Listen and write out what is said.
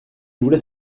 voulait